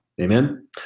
Amen